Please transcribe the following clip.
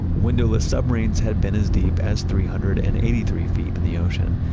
windowless submarines had been as deep as three hundred and eighty three feet in the ocean,